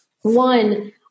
One